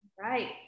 Right